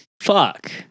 Fuck